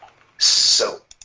so